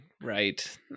Right